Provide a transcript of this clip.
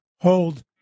hold